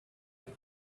with